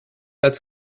als